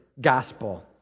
gospel